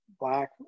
black